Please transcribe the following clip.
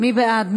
מי בעד?